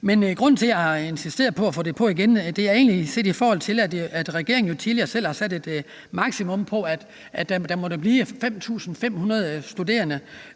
Men grunden til, at jeg insisterer på at få det på igen, er egentlig, at regeringen jo tidligere selv har sat et maksimum, så der må være 5.500 fra andre